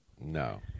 No